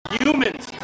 humans